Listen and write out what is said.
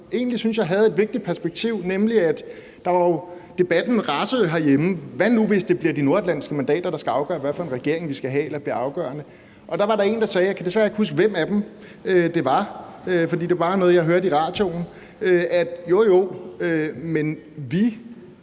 egentlig, synes jeg, havde et vigtigt perspektiv – for debatten rasede jo herhjemme om, hvad nu hvis det blev de nordatlantiske mandater, der skal afgøre, hvad for en regering, vi skal have. Der var der en, der sagde – og jeg kan desværre ikke huske hvem af dem, det var, for det var bare noget, jeg hørte i radioen – at jo, jo, men vi